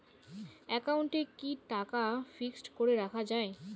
একাউন্টে কি টাকা ফিক্সড করে রাখা যায়?